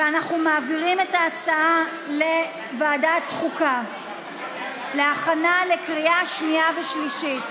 ואנחנו מעבירים את ההצעה לוועדת חוקה להכנה לקריאה שנייה ושלישית.